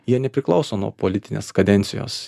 jie nepriklauso nuo politinės kadencijos